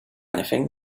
anything